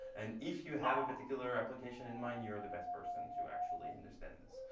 and if you have a particular application in mind you're the best person to actually understand this.